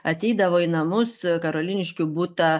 ateidavo į namus karoliniškių butą